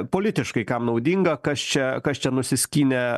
politiškai kam naudinga kas čia kas čia nusiskynė